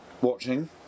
watching